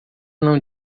não